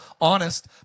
honest